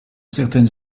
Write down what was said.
certaines